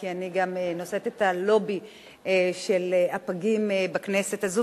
כי אני גם נושאת את הלובי של הפגים בכנסת הזו,